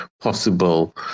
possible